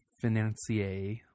financier